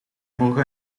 morgen